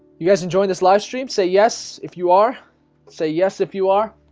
you guys enjoyed this livestream say. yes, if you are say. yes, if you are